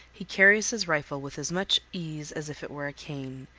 he carries his rifle with as much ease as if it were a cane,